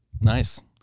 Nice